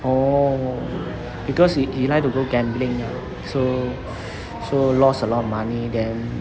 oh because he he like to go gambling so so lost a lot of money then